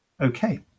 Okay